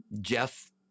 Jeff